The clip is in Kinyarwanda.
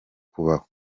kubaho